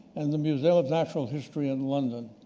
and the museum of natural history in london.